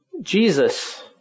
Jesus